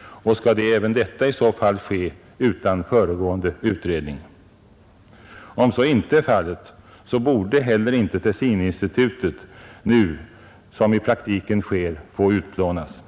Och skall även detta i så fall ske utan föregående utredning? Om så inte är fallet borde inte heller Tessininstitutet, såsom nu i praktiken sker, få utplånas.